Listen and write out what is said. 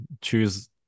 choose